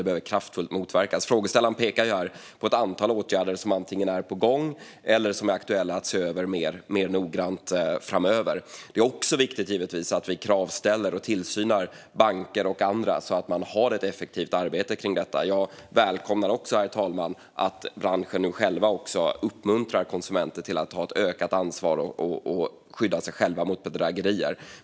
Det behöver kraftfullt motverkas. Frågeställaren pekar på ett antal åtgärder som antingen är på gång eller är aktuella att titta mer noggrant på framöver. Det är givetvis även viktigt att vi ställer krav på och utövar tillsyn över banker och andra så att de har ett effektivt arbete kring detta. Jag välkomnar också, herr talman, att branschen själv uppmuntrar konsumenter att ta ett ökat ansvar och skydda sig själva mot bedrägerier.